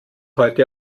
heute